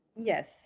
Yes